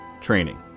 training